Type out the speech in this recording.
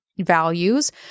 values